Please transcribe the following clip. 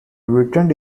returned